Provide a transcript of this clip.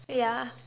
ya